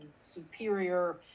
superior